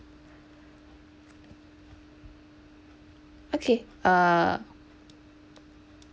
okay uh